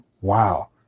Wow